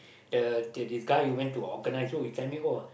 the the guy who went to organise oh he tell me oh